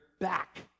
back